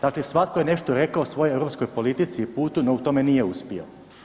Dakle svatko je nešto rekao o svojoj europskoj politici i putu no u tome nije uspio.